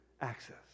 access